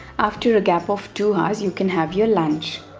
after a gap of two hours you can have your lunch.